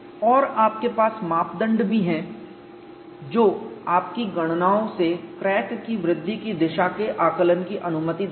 और आपके पास मापदंड भी हैं जो आपकी गणनाओं से क्रैक की वृद्धि की दिशा के आकलन की अनुमति देता है